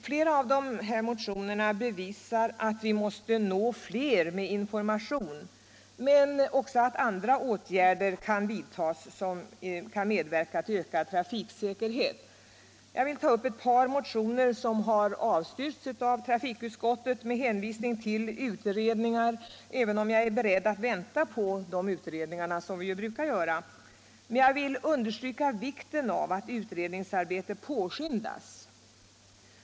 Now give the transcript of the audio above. Många av dessa motioner som nu behandlas bevisar att vi måste nå fler med information, men också att andra åtgärder kan medverka till ökad trafiksäkerhet. Jag vill ta upp ett par motioner, som har avstyrkts av utskottet med hänvisning till pågående utredningar, även om jag är beredd att vänta på dessa utredningar — som vi ju brukar göra. Jag vill understryka vikten av att utredningsarbetet påskyndas.